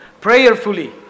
prayerfully